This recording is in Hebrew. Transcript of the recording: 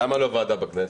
למה לא ועדה בכנסת?